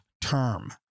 term